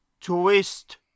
twist